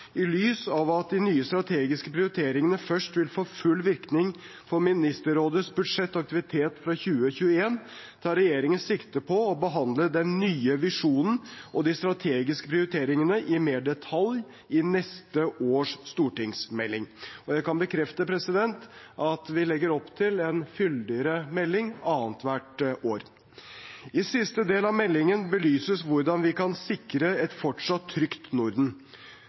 I lys av at de nye strategiske prioriteringene først vil få full virkning for Ministerrådets budsjett og aktiviteter fra 2021, tar regjeringen sikte på å behandle den nye visjonen og de strategiske prioriteringene mer i detalj i neste års stortingsmelding, og jeg kan bekrefte at vi legger opp til en fyldigere melding annethvert år. I siste del av meldingen belyses hvordan vi kan sikre et fortsatt trygt Norden.